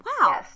wow